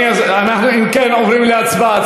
אם כן, אנחנו עוברים להצבעה.